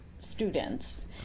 students